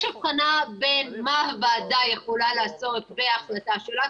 יש הבחנה בין מה הוועדה יכולה לעשות בהחלטה שלה,